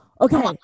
okay